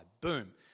Boom